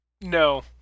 no